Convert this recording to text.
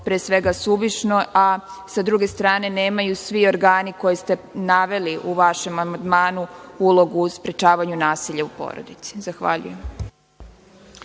pre svega, suvišno, a sa druge strane nemaju svi organi koje ste naveli u vašem amandmanu, ulogu u sprečavanju nasilja u porodici. Zahvaljujem.